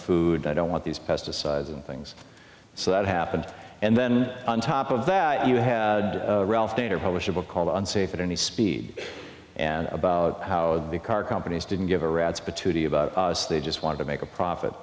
food i don't want these pesticides things so that happened and then on top of that you had ralph nader published a book called unsafe at any speed and about how the car companies didn't give a rat's patootie about us they just wanted to make a profit